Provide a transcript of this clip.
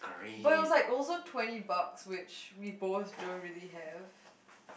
but it was like also twenty bucks which we both don't really have